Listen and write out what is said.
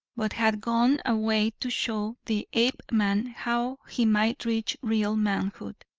but had gone away to show the apeman how he might reach real manhood,